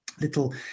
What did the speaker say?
little